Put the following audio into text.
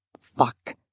fuck